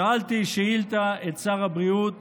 שאלתי את שר הבריאות